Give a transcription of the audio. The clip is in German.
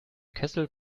kessel